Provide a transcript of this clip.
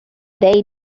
they